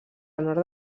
nord